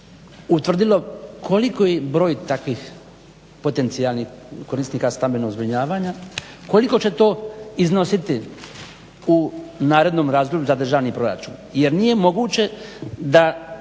utvrdilo koliki je broj takvih potencijalnih korisnika stambenog zbrinjavanja, koliko će to iznositi u narednom razdoblju za državni proračun jer nije moguće da